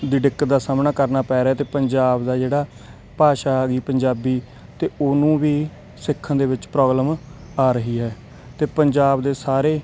ਦੀ ਦਿੱਕਤ ਦਾ ਸਾਹਮਣਾ ਕਰਨਾ ਪੈ ਰਿਹਾ ਅਤੇ ਪੰਜਾਬ ਦਾ ਜਿਹੜਾ ਭਾਸ਼ਾ ਆ ਗਈ ਪੰਜਾਬੀ ਅਤੇ ਉਹਨੂੰ ਵੀ ਸਿੱਖਣ ਦੇ ਵਿੱਚ ਪ੍ਰੋਬਲਮ ਆ ਰਹੀ ਹੈ ਅਤੇ ਪੰਜਾਬ ਦੇ ਸਾਰੇ